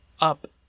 up